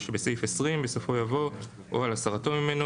"(5) בסעיף 20 בסופו יבוא "או על הסרתו ממנו,